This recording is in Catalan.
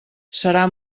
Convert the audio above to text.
serà